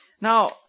Now